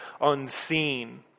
unseen